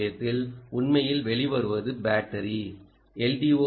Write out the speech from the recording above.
ஓ விஷயத்தில் உண்மையில் வெளிவருவது பேட்டரி எல்